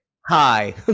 hi